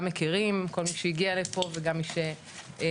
מכירים כל מי שהגיע לפה וגם מי שלא,